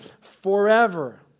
forever